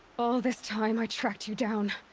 all this time i tracked you down.